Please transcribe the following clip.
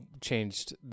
changed